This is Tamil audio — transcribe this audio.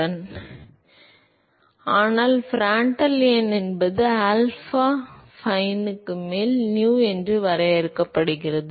மாணவர் இல்லை இல்லை ஆனால் பிராண்ட்ட்ல் எண் என்பது ஆல்பா ஃபைனுக்கு மேல் nu என வரையறுக்கப்படுகிறது